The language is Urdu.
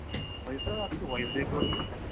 ساری سر آپ کی وائس بریک ہو رہی ہے